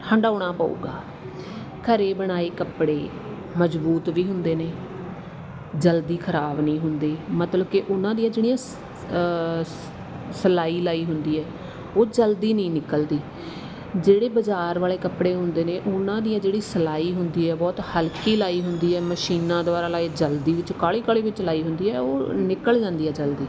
ਹੰਡਾਉਣਾ ਪਊਗਾ ਘਰ ਬਣਾਏ ਕੱਪੜੇ ਮਜ਼ਬੂਤ ਵੀ ਹੁੰਦੇ ਨੇ ਜਲਦੀ ਖਰਾਬ ਨਹੀਂ ਹੁੰਦੇ ਮਤਲਬ ਕਿ ਉਹਨਾਂ ਦੀਆਂ ਜਿਹੜੀਆਂ ਸ ਸ ਸਿਲਾਈ ਲਗਾਈ ਹੁੰਦੀ ਹੈ ਉਹ ਜਲਦੀ ਨਹੀਂ ਨਿਕਲਦੀ ਜਿਹੜੇ ਬਾਜ਼ਾਰ ਵਾਲੇ ਕੱਪੜੇ ਹੁੰਦੇ ਨੇ ਉਹਨਾਂ ਦੀ ਜਿਹੜੀ ਸਿਲਾਈ ਹੁੰਦੀ ਹੈ ਬਹੁਤ ਹਲਕੀ ਲਗਾਈ ਹੁੰਦੀ ਹੈ ਮਸ਼ੀਨਾਂ ਦੁਆਰਾ ਲਗਾਈ ਜਲਦੀ ਵਿੱਚ ਕਾਹਲੀ ਕਾਹਲੀ ਵਿੱਚ ਲਾਈ ਹੁੰਦੀ ਹੈ ਉਹ ਨਿਕਲ ਜਾਂਦੀ ਹੈ ਜਲਦੀ